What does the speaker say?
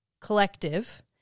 Collective